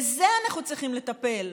בזה אנחנו צריכים לטפל.